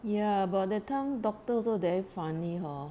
ya about that time doctor also very funny hor